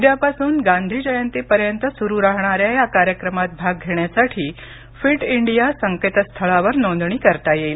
उद्यापासून गांधीजयंतीपर्यंत सुरू राहणाऱ्या या कार्यक्रमात भाग घेण्यासाठी फिट इंडिया संकेतस्थळावर नोंदणी करता येईल